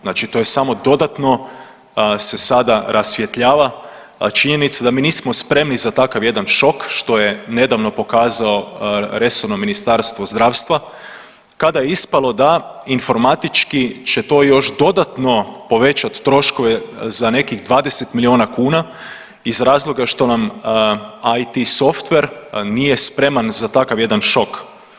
Znači to je samo dodatno se sada rasvjetljava činjenica da mi nismo spremni za takav jedan šok što je nedavno pokazao resorno Ministarstvo zdravstva kada je ispalo da informatički će to još dodatno povećati troškove za nekih 20 milijuna kuna iz razloga što nam IT software nije spreman za takav jedan šok.